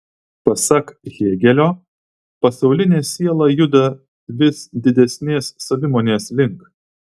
pasak hėgelio pasaulinė siela juda vis didesnės savimonės link